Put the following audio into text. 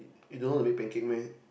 you don't know how to make pancake meh